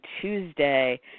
Tuesday